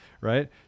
right